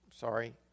Sorry